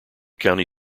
county